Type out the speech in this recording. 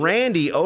Randy